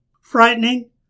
Frightening